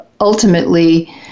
ultimately